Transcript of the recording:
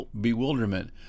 bewilderment